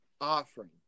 offering